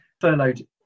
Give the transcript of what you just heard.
furloughed